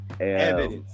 evidence